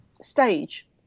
stage